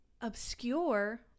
obscure